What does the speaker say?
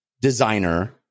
designer